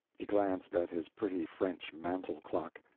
he glanced at his pretty french mantel-clock.